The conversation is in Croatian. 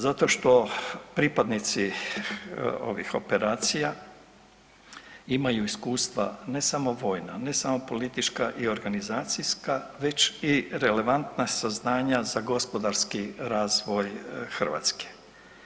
Zato što pripadnici ovih operacija imaju iskustva, ne samo vojna, ne samo politička i organizacijska već i relevantna saznanja za gospodarski razvoj Hrvatske.